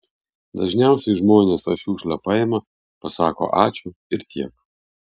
dažniausiai žmonės tą šiukšlę paima pasako ačiū ir tiek